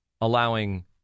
allowing